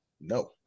No